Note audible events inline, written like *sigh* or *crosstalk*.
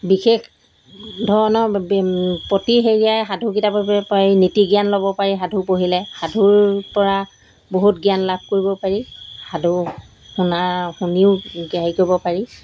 বিশেষ ধৰণৰ প্ৰতি হেৰিয়াই সাধু কিতাপ পঢ়িব পাৰি নীতি জ্ঞান ল'ব পাৰি সাধু পঢ়িলে সাধুৰপৰা বহুত জ্ঞান লাভ কৰিব পাৰি সাধু শুনাৰ শুনিও *unintelligible* হেৰি কৰিব পাৰি